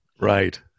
Right